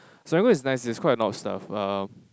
Serangoon is nice it has quite a lot of stuff um